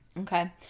okay